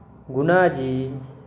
Gunaji